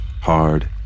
hard